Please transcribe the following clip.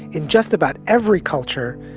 in just about every culture,